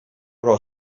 però